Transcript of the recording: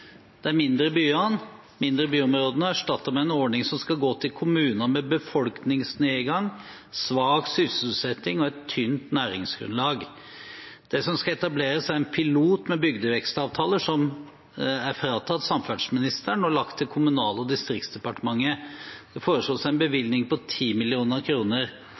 mindre byområdene og erstatter det med en ordning som skal gå til kommuner med befolkningsnedgang, svak sysselsetting og et tynt næringsgrunnlag. Det som skal etableres, er en pilotordning med bygdevekstavtaler som er fratatt samferdselsministeren og lagt til Kommunal- og moderniseringsdepartementet. Det foreslås en bevilgning på